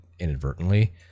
inadvertently